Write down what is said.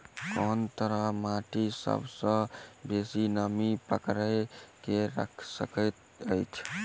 कोन तरहक माटि सबसँ बेसी नमी केँ पकड़ि केँ राखि सकैत अछि?